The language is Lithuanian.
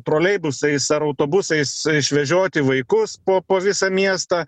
troleibusais ar autobusais išvežioti vaikus po po visą miestą